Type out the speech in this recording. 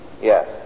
yes